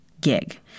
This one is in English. gig